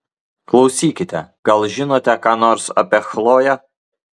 klausykite gal žinote ką nors apie chloję